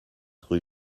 rue